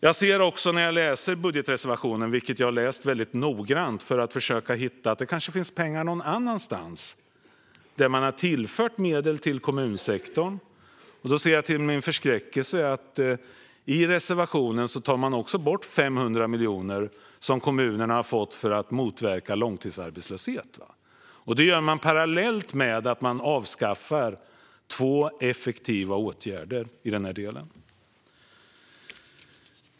Jag har läst budgetreservationen väldigt noggrant för att försöka se om man kanske har tillfört medel till kommunsektorn någon annanstans. Då ser jag till min förskräckelse att man i reservationen även tar bort 500 miljoner som kommunerna har fått för att motverka långtidsarbetslöshet. Det gör man alltså parallellt med att man avskaffar två effektiva åtgärder.